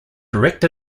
direct